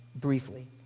briefly